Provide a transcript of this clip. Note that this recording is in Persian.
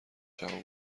جهان